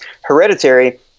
Hereditary –